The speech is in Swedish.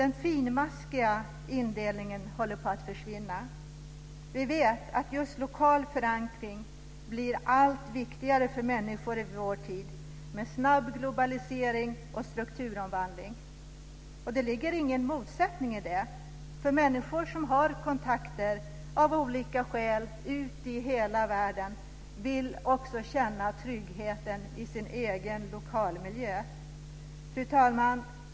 Den finmaskiga indelningen håller på att försvinna. Vi vet att just lokal förankring blir allt viktigare för människor i vår tid, med snabb globalisering och strukturomvandling. Det ligger ingen motsättning i det. Människor som av olika skäl har kontakter med hela världen vill också känna tryggheten i sin lokalmiljö. Fru talman!